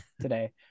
today